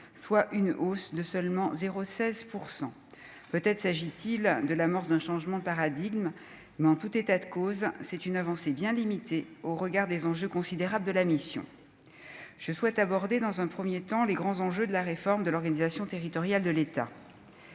soit une hausse de seulement 0 16 % peut-être s'agit-il de l'amorce d'un changement de paradigme, mais en tout état de cause, c'est une avancée bien limitée au regard des enjeux considérables de la mission, je souhaite aborder dans un 1er temps les grands enjeux de la réforme de l'organisation territoriale de l'État,